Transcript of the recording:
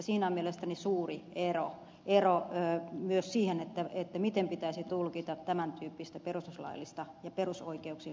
siinä on mielestäni suuri ero ero myös siihen miten pitäisi tulkita tämän tyyppistä perustuslaillista ja perusoikeuksiin liittyvää oikeutta